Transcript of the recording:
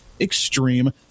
extreme